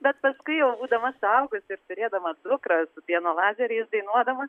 bet paskui jau būdama suaugusi ir turėdama dukrą su pieno lazeriais dainuodama